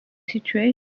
situé